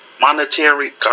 monetary